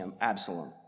Absalom